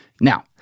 Now